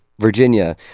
virginia